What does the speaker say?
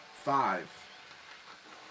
Five